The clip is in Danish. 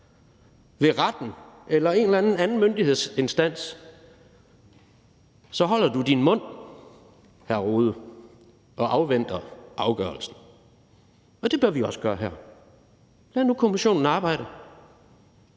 ved retten eller en eller anden myndighedsinstans, så holder du din mund, hr. Jens Rohde, og afventer afgørelsen. Og det bør vi også gøre her. Lad nu kommissionen arbejde,